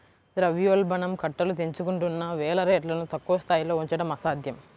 ద్రవ్యోల్బణం కట్టలు తెంచుకుంటున్న వేళ రేట్లను తక్కువ స్థాయిలో ఉంచడం అసాధ్యం